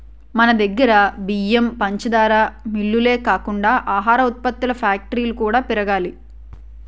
మనదగ్గర బియ్యం, పంచదార మిల్లులే కాకుండా ఆహార ఉత్పత్తుల ఫ్యాక్టరీలు కూడా పెరగాలి